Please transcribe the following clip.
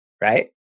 right